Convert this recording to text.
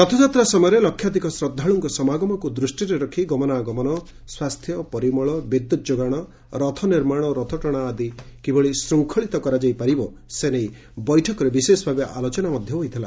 ରଥଯାତ୍ରା ସମୟରେ ଲକ୍ଷାଧିକ ଶ୍ରଦ୍ଧାଳୁଙ୍କ ସମାଗମକୁ ଦୃଷ୍ଟିରେ ରଖ୍ ଗମନାଗମନ ସ୍ବାସ୍ଥ୍ୟ ପରିମଳ ବିଦ୍ୟୁତ୍ଯୋଗାଣ ରଥ ନିର୍ମାଶ ଓ ରଥଟଣା ଆଦି କିଭଳି ଶୂଙ୍ଖଳିତ କରାଯାଇ ପାରିବ ସେନେଇ ବୈଠକରେ ବିଶେଷ ଭାବେ ଆଲେଚନା ହୋଇଥିଲା